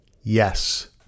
yes